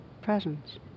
presence